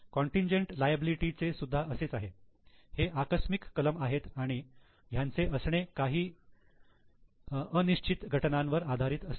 contingent liability चे सुद्धा असेच आहे हे आकस्मिक कलम आहेत आणि त्यांचे असणे काही ही अनिश्चित घटनांवर आधारित असते